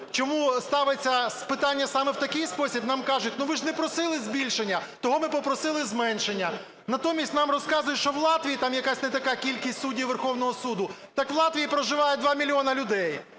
чому ставиться питання саме в такий спосіб, нам кажуть, ну, ви ж не просили збільшення, того ми попросили зменшення. Натомість нам розказують, що в Латвії там якась не така кількість суддів Верховного Суду. Так в Латвії проживає два мільйони людей.